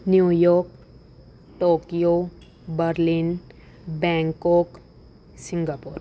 New York Tokyo Berlin Bangkok Singapore